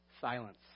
silence